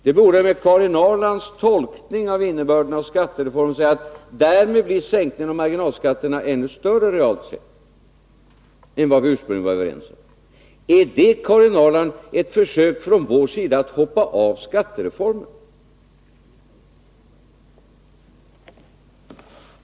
Det borde, med Karin Ahrlands tolkning av innebörden av skattereformen, betyda att sänkningen av marginalskatterna därmed blir ännu större realt sett än vad vi ursprungligen var överens om. Är det, Karin Ahrland, ett försök från vår sida att hoppa av skattereformen?